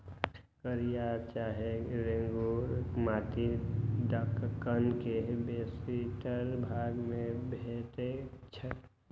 कारिया चाहे रेगुर माटि दक्कन के बेशीतर भाग में भेटै छै